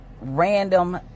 random